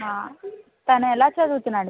తను ఎలా చదువుతున్నాడు